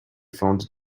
found